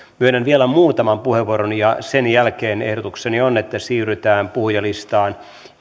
myönnän vielä muutaman puheenvuoron ja sen jälkeen ehdotukseni on että siirrytään puhujalistaan